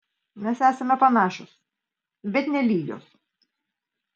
mes esame panašios bet ne lygios